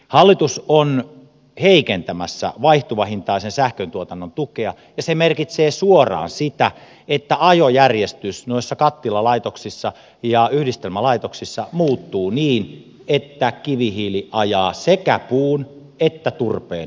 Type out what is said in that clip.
hallitus on heikentämässä vaihtuvahintaisen sähköntuotannon tukea ja se merkitsee suoraan sitä että ajojärjestys noissa kattilalaitoksissa ja yhdistelmälaitoksissa muuttuu niin että kivihiili ajaa sekä puun että turpeen ohitse